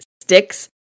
sticks